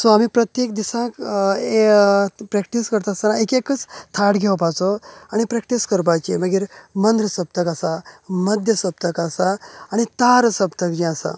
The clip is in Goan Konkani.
सो आमी प्रत्येक दिसाक प्रॅक्टीस करतास्ताना एक एकच थाट घेवपाचो आनी प्रॅक्टीस करपाची मागीर मन्र सप्तक आसा मध्य सप्तक आसा आनी तार सप्तक जे आसा